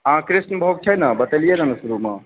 हँ कृष्णभोग छै ने बतेलियै ने शुरुमे